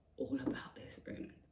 all about this,